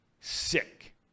Sick